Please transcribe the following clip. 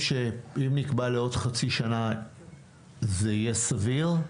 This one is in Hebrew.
שאם נקבע לעוד חצי שנה זה יהיה סביר?